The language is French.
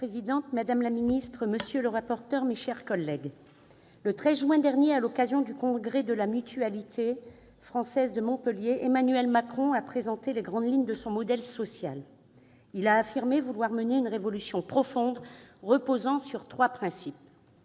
Madame la présidente, madame la ministre, monsieur le rapporteur, mes chers collègues, le 13 juin dernier, à l'occasion du congrès de la Mutualité Française de Montpellier, Emmanuel Macron a présenté les grandes lignes de son modèle social. Il a affirmé vouloir mener une « révolution profonde », reposant sur trois principes